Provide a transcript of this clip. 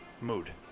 mood